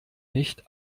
nicht